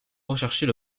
rechercher